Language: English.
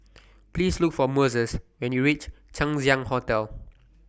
Please Look For Moses when YOU REACH Chang Ziang Hotel